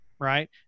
Right